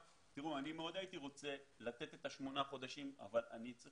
אני מאוד הייתי רוצה לתת את שמונת החודשים אבל אני צריך